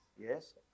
Yes